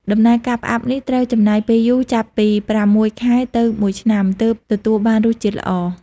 ដំណើរការផ្អាប់ នេះត្រូវចំណាយពេលយូរ ចាប់ពី ប្រាំមួយខែទៅមួយឆ្នាំ ទើបទទួលបានរសជាតិល្អ។